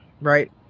right